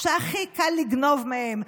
שהכי קל לגנוב מהם,